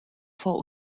vor